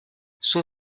son